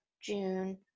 June